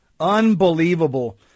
Unbelievable